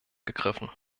gegriffen